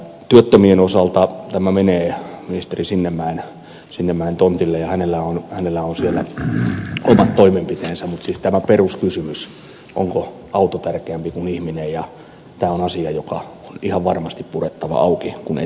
työttömien osalta tämä menee ministeri sinnemäen tontille ja hänellä on siellä omat toimenpiteensä mutta siis tämä peruskysymys onko auto tärkeämpi kuin ihminen on asia joka on ihan varmasti purettava auki kun eteenpäin mennään